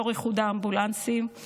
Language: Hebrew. יושב-ראש איחוד האמבולנסים,